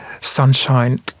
sunshine